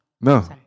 No